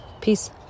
Peace